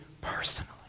personally